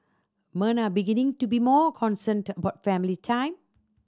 men are beginning to be more concerned about family time